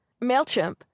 MailChimp